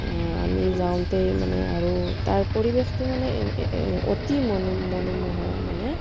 আমি যাওঁতেই মানে আৰু তাৰ পৰিৱেশটো মানে অতি ম মনোমোহা মানে